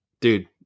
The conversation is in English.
dude